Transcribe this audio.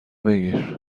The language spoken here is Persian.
بگیر